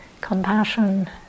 compassion